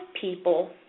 people